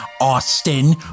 Austin